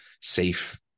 safe